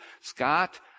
Scott